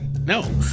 No